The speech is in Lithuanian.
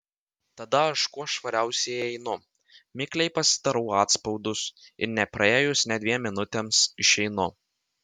tada aš kuo švariausiai įeinu mikliai pasidarau atspaudus ir nepraėjus nė dviem minutėms išeinu